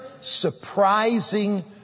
surprising